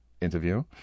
interview